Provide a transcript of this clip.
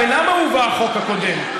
ולמה הובא החוק הקודם?